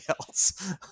else